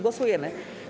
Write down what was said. Głosujemy.